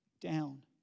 down